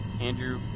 Andrew